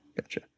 Gotcha